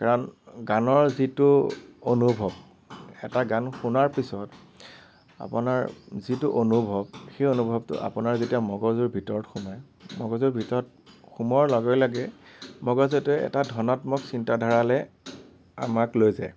কাৰণ গানৰ যিটো অনুভৱ এটা গান শুনাৰ পিছত আপোনাৰ যিটো অনুভৱ সেই অনুভৱটো আপোনাৰ যেতিয়া মগজুৰ ভিতৰত সোমায় মগজুৰ ভিতৰত সোমোৱাৰ লগে লগে মগজুটোৱে এটা ধনাত্মক চিন্তাধাৰালে আমাক লৈ যায়